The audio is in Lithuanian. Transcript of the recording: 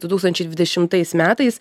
du tūkstančiai dvidešimtais metais